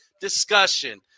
discussion